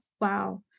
Wow